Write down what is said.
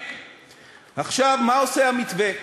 עכשיו, מה עושה המתווה?